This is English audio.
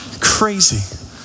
Crazy